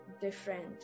different